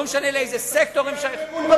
לא משנה לאיזה סקטור הם שייכים,